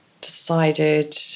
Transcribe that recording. decided